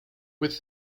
with